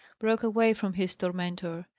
broke away from his tormentor.